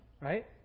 Right